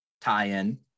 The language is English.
tie-in